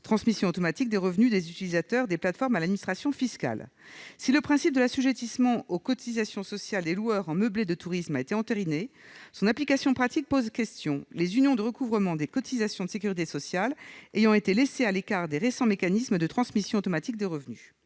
transmission automatique des revenus des utilisateurs des plateformes à l'administration fiscale. Si le principe de l'assujettissement aux cotisations sociales des loueurs en meublés de tourisme a été entériné, son application pratique pose question, les unions de recouvrement des cotisations de sécurité sociale ayant été laissées à l'écart des récents mécanismes de transmission automatique des revenus.